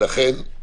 ולכן,